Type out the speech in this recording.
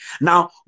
Now